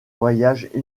voyage